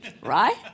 right